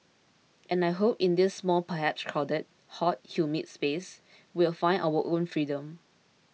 and I hope in this small perhaps crowded hot humid space we will find our own freedom